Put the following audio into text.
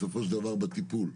בסופו של דבר, בטיפול.